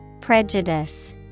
Prejudice